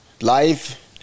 Life